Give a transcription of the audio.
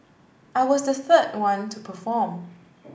I was the third one to perform